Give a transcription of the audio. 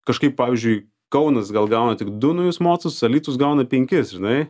kažkaip pavyzdžiui kaunas gal gauna tik du naujus mockus alytus gauna penkis žinai